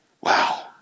Wow